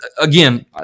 again